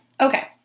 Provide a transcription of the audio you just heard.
Okay